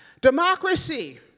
Democracy